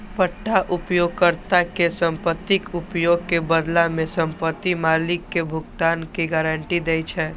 पट्टा उपयोगकर्ता कें संपत्तिक उपयोग के बदला मे संपत्ति मालिक कें भुगतान के गारंटी दै छै